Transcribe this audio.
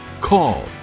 call